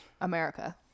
America